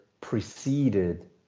preceded